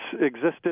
existed